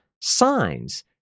signs